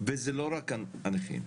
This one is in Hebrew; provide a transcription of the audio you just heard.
ואלה לא רק הנכים.